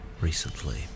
recently